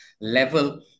level